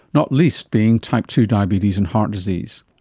not least being type two diabetes and heart disease.